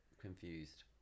confused